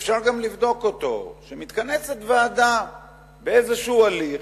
שאפשר גם לבדוק אותו, שמתכנסת ועדה באיזה הליך,